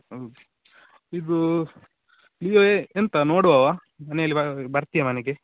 ಹೌದ್ ಇದು ಇವೆ ಎಂತ ನೋಡುವವಾ ಮನೇಲಿ ಬರ್ತೀಯ ಮನೆಗೆ